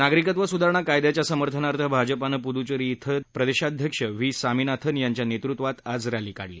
नागरिकत्व स्धारणा कायद्याच्या समर्थनार्थ भाजपानं प्द्चेरी इथं देशाध्यक्ष व्ही सामीनाथन यांच्या नेतृत्वात आज रॅली काढली